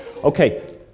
Okay